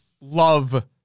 love